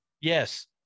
Yes